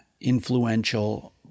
influential